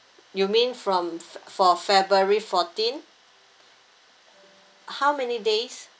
you mean from for february fourteen how many days